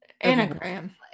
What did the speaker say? anagram